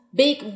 big